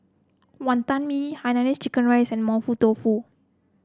Wonton Mee Hainanese Chicken Rice and Mapo Tofu